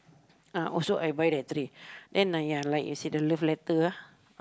ah also I buy that tree then like ya like you see the love letter ah